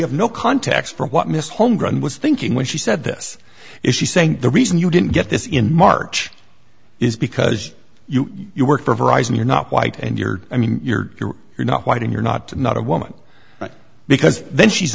have no context for what miss holmgren was thinking when she said this is she saying the reason you didn't get this in march is because you you work for horizon you're not white and you're i mean you're you're you're not white in you're not not a woman because then she's